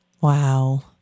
Wow